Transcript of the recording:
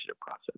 process